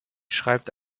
schreibt